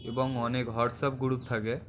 এবং অনেক WhatsApp group থাকে